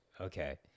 Okay